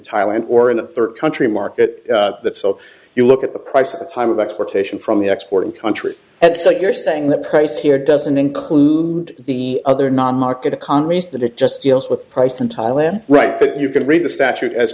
thailand or in a third country market that so you look at the price at the time of exploitation from the export and country and so you're saying the price here doesn't include the other non market economies that it just feels with price in thailand right that you can read the statute as